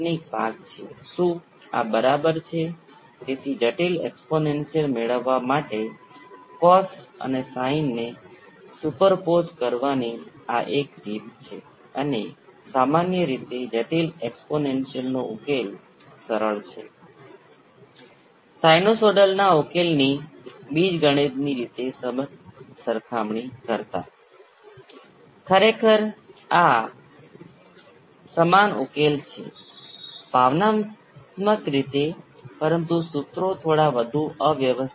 અને તમે એ જ રીતે ડેમ્પિંગ ફેક્ટરનું અર્થઘટન કરી શકો છો જો R બરાબર 0 આ કિસ્સામાં ડેમ્પિંગ ફેક્ટર 0 સમાન હોય તેનો અર્થ એ છે કે કંપન ક્યારેય દેખાતું નથી જો તમારી પાસે ઇન્ડક્ટરમાં થોડી પ્રારંભિક ઉર્જા હોય તો કહી દો કે તે ઇન્ડક્ટર અને કેપેસિટર વચ્ચે પાછું આવશે